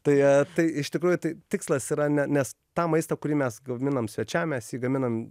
tai tai iš tikrųjų tai tikslas yra ne nes tą maistą kurį mes gaminam svečiam mes jį gaminam